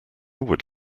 would